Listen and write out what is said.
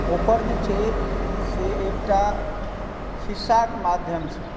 ओकर जे छै से एकटा खिस्साक माध्यमसँ